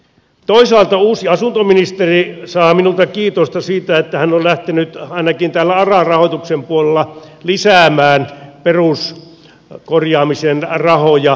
toisaalta uusi asuntoministeri saa minulta kiitosta siitä että hän on lähtenyt ainakin täällä aran rahoituksen puolella lisäämään peruskorjaamisen rahoja